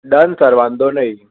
done sir વાંધો નહીં